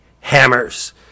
Hammers